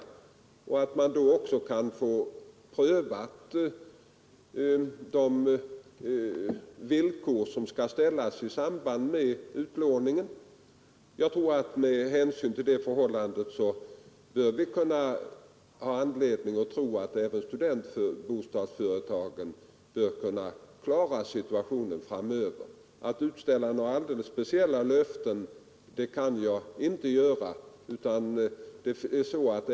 Situationen är något varierande för olika studentbostadsföretag. Dess bättre har en del av dem hunnit bygga upp vissa fonder, tillgångar som är avsedda för att täcka reparationskostnader och andra oförutsedda utgifter som kan uppkomma. Med hänsyn till de åtgärder som har vidtagits — det har ju ställts i utsikt att man kan få låna pengar och då också få prövat vilka villkor som skall ställas i samband med utlåningen — bör vi ha anledning tro att även studentbostadsföretagen skall kunna klara situationen framöver. Några alldeles speciella löften kan jag inte ge.